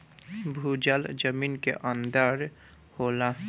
भूजल जमीन के अंदर होला